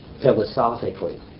philosophically